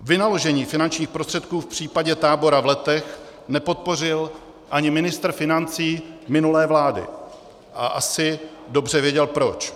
Vynaložení finančních prostředků v případě tábora v Letech nepodpořil ani ministr financí minulé vlády a asi dobře věděl proč.